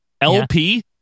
LP